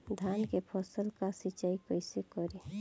धान के फसल का सिंचाई कैसे करे?